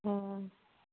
ꯑꯣ